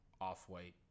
off-white